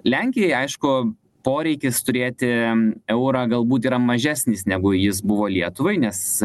lenkijai aišku poreikis turėti eurą galbūt yra mažesnis negu jis buvo lietuvai nes